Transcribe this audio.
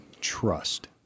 trust